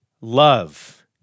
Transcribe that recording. love